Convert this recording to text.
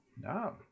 No